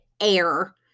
air